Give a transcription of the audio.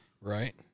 Right